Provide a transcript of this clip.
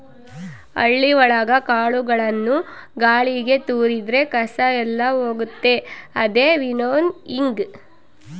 ಹಳ್ಳಿ ಒಳಗ ಕಾಳುಗಳನ್ನು ಗಾಳಿಗೆ ತೋರಿದ್ರೆ ಕಸ ಎಲ್ಲ ಹೋಗುತ್ತೆ ಅದೇ ವಿನ್ನೋಯಿಂಗ್